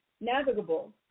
navigable